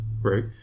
Right